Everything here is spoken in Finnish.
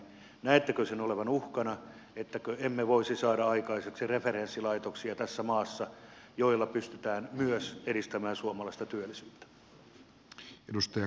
näettekö sen olevan uhkana ettäkö emme voisi saada tässä maassa aikaiseksi referenssilaitoksia joilla pystytään myös edistämään suomalaista työllisyyttä